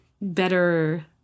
better